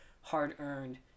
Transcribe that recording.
hard-earned